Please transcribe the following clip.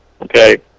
Okay